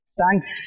thanks